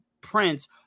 Prince